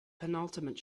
penultimate